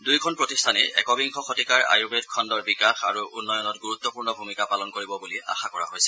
দুয়োখন প্ৰতিষ্ঠানেই একবিংশ শতিকাৰ আয়ুৰ্বেদ খণ্ডৰ বিকাশ আৰু উন্নয়নত ণুৰুত্বপূৰ্ণ ভূমিকা পালন কৰিব বুলি আশা কৰা হৈছে